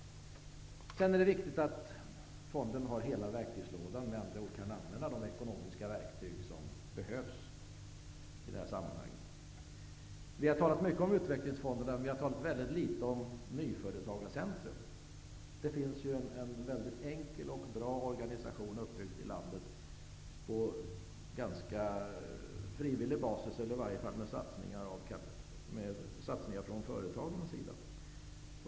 Det är viktigt att fonden har så att säga hela verktygslådan, och med andra ord kan använda de ekonomiska verktyg som behövs i detta sammanhang. Vi har talat mycket om utvecklingsfonderna, men vi har talat väldigt litet om Nyföretagarcentrum. Det finns en mycket enkel och bra organisation uppbyggd i landet av det -- det är uppbyggt på ganska frivillig basis, eller åtminstone är det fråga om satsningar från företagens sida.